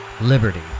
liberty